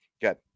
good